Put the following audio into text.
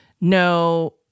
no